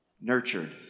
nurtured